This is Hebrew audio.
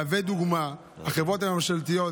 החברות הממשלתיות,